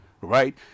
right